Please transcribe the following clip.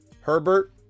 Herbert